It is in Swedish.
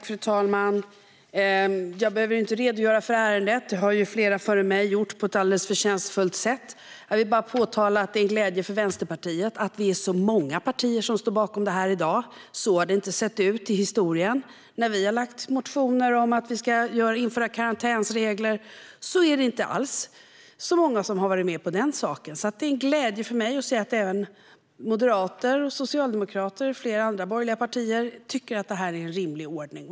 Fru talman! Jag behöver inte redogöra för ärendet, för det har flera före mig gjort på ett förtjänstfullt sätt. Låt mig bara påpeka att det är en glädje för Vänsterpartiet att det är så många partier som står bakom detta i dag, för så har det inte sett ut i historien. När Vänsterpartiet har väckt motioner om att införa karantänsregler har inte alls så många varit med på det. Därför är det en glädje för mig att såväl Socialdemokraterna som Moderaterna och flera andra borgerliga partier tycker att detta är en rimlig ordning.